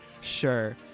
Sure